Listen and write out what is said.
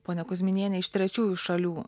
ponia kuzminiene iš trečiųjų šalių